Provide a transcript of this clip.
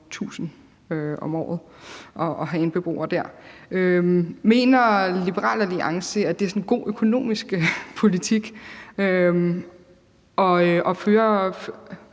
300.000 om året at have en beboer. Mener Liberal Alliance, at det er god økonomisk politik at have